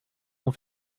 vont